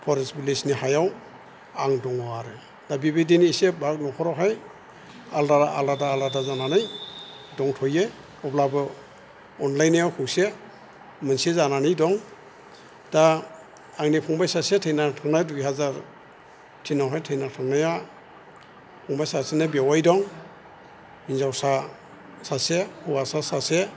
forest बिलेसनि हायाव आं दङ आरो दा बिबायदिनो इसे बार न'खरावहाय आलदा आलादा आलादा जानानै दंथ'यो अब्लाबो अनलायनाया खौसे मोनसे जानानै दं दा आंनि फंबाय सासे थैना थांनाय दुइ हाजार थिनआवहाय थैना थांनाया फंबाय सासेना बेवाइ दं हिन्जावसा सासे हौवासा सासे